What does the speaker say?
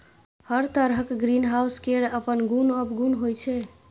हर तरहक ग्रीनहाउस केर अपन गुण अवगुण होइ छै